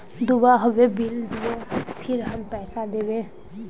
दूबा होबे बिल दियो फिर हम पैसा देबे?